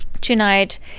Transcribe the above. Tonight